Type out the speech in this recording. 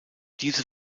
diese